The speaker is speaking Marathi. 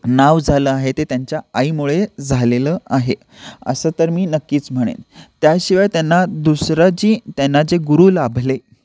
नाव झालं आहे ते त्यांच्या आईमुळे झालेलं आहे असं तर मी नक्कीच म्हणेन त्याशिवाय त्यांना दुसरा जी त्यांना जे गुरु लाभले